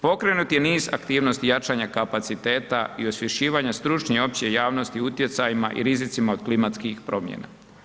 Pokrenut je niz aktivnosti jačanja kapaciteta i osvješćivanja stručne i opće javnosti utjecajima i rizicima od klimatskih promjena.